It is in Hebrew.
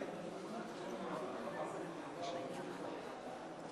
היום י"א באדר א'